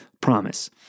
promise